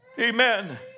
Amen